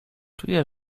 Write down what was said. czuję